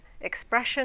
expression